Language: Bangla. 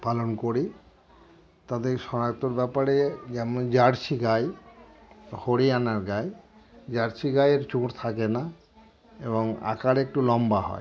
পালন করি তাদের শনাক্তর ব্যাপারে যেমন জার্সি গাই হরিয়ানার গাাই জার্সি গায়ের চুল থাকে না এবং আকার একটু লম্বা হয়